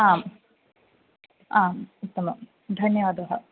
आम् आम् उत्तमं धन्यवादः